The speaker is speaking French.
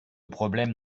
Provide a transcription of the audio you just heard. problème